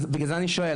בגלל זה אני שואל,